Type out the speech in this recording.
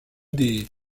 des